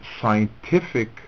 scientific